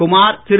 Kumar Thiru